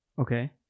Okay